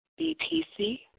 BPC